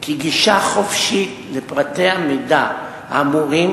כי גישה חופשית לפריטי המידע האמורים